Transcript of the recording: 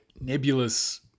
nebulous